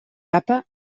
papa